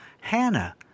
Hannah